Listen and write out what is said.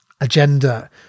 agenda